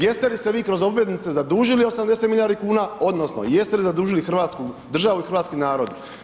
Jeste li se vi kroz obveznice zadužili 80 milijardi kuna odnosno jeste li zadužili Hrvatsku državu i hrvatski narod?